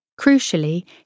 Crucially